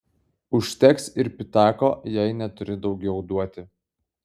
užteks ir pitako jei neturi daugiau duoti